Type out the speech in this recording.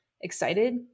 excited